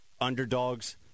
underdogs